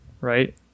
Right